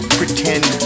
pretend